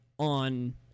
On